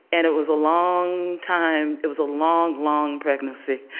and it was a long time, it was a long, long pregnancy.